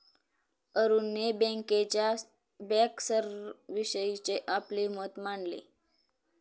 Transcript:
अरुणने बँकेच्या बँकर्सविषयीचे आपले मत मांडले